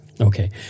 Okay